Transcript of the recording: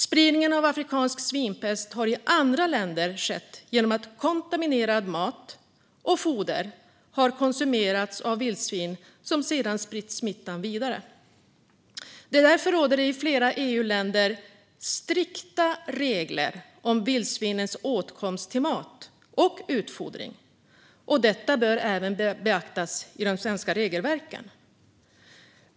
Spridningen av afrikansk svinpest har i andra länder skett genom att mat och foder som kontaminerats har konsumerats av vildsvin som sedan spritt smittan vidare. Därför råder i flera EU-länder strikta regler om vildsvinens åtkomst till mat och utfodring. Detta bör även beaktas i de svenska regelverken.